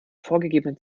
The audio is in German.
vorgegebenen